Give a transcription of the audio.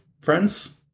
friends